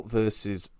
versus